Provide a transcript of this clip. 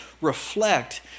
reflect